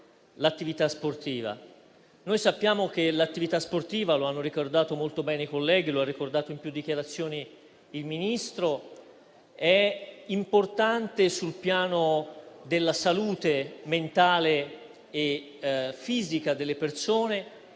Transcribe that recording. il Ministro - è importante sul piano della salute mentale e fisica delle persone;